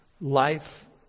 life